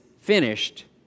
finished